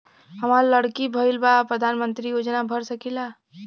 हमार लड़की भईल बा प्रधानमंत्री योजना भर सकीला?